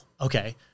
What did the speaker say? okay